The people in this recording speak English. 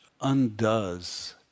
undoes